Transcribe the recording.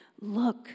Look